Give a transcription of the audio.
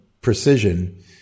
precision